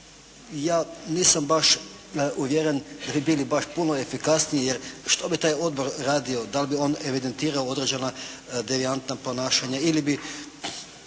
Ja nisam baš uvjeren da bi bili baš puno efikasniji jer što bi taj Odbor radio? Da li bi on evidentirao određena devijantna ponašanja ili bi